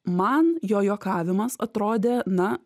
man jo juokavimas atrodė na